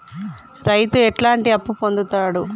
రైతు ఎట్లాంటి అప్పు పొందుతడు?